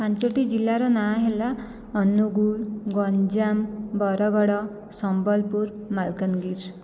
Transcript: ପାଞ୍ଚଟି ଜିଲ୍ଲାର ନାଁ ହେଲା ଅନୁଗୁଳ ଗଞ୍ଜାମ ବରଗଡ଼ ସମ୍ବଲପୁର ମାଲକାନଗିରି